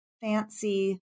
fancy